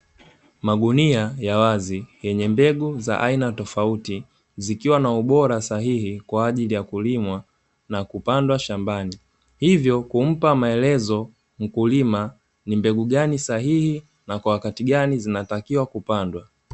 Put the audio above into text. Magunia ya wazi yenye mbegu za aina tofauti zikiwa na ubora sahihi kwa ajili ya kulimwa na kupandwa shambani, hivyo kumpa maelezo mkulima ni mbegu gani sahihi na kwa wakati gani zinatakiwa kupandwa.